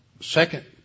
second